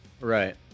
Right